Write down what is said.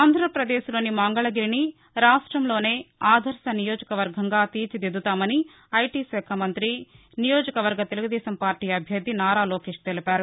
ఆంధ్రప్రదేశ్లోని మంగళగిరిని రాష్టంలోనే ఆదర్శ నియోజకవర్గంగా తీర్చిదిద్యతానని ఐటీ శాఖ మంతి నియోజకవర్గ తెలుగుదేశం పార్టీ అభ్యర్థి నారా లోకేష్ తెలిపారు